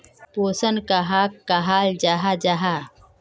पोषण कहाक कहाल जाहा जाहा?